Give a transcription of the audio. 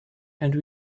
and